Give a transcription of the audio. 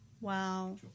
wow